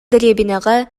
дэриэбинэҕэ